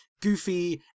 goofy